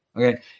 Okay